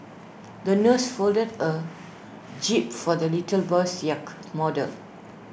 the nurse folded A jib for the little boy's yacht model